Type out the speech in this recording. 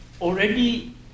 already